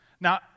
Now